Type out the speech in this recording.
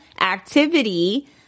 Activity